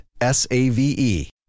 S-A-V-E